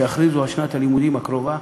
שיכריזו על שנת הלימודים הקרובה